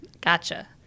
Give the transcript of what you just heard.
Gotcha